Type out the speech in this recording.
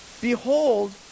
behold